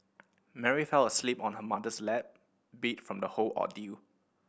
Mary fell asleep on her mother's lap beat from the whole ordeal